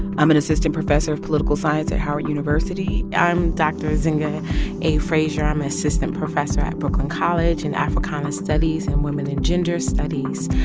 i'm an assistant professor of political science at howard university i'm dr. zinga a. fraser. i'm an ah assistant professor at brooklyn college in africana studies and women and gender studies.